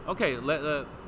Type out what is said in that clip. okay